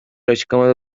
açıklamada